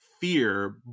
fear